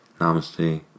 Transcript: Namaste